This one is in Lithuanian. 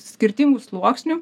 skirtingų sluoksnių